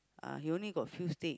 uh he only got few stick